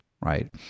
Right